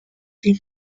sin